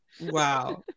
wow